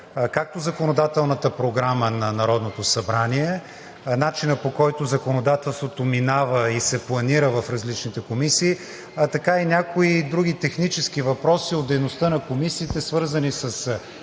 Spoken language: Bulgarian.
както законодателната програма на Народното събрание и начина, по който законодателството минава и се планира в различните комисии, а така и някои други технически въпроси от дейността на комисиите, свързани с